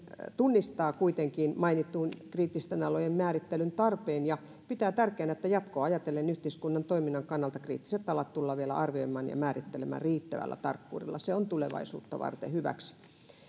tunnistaa kuitenkin mainitun kriittisten alojen määrittelyn tarpeen ja pitää tärkeänä että jatkoa ajatellen yhteiskunnan toiminnan kannalta kriittiset alat tullaan vielä arvioimaan ja määrittelemään riittävällä tarkkuudella se on tulevaisuutta varten hyväksi